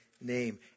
name